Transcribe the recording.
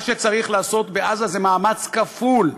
מה שצריך לעשות בעזה זה מאמץ כפול: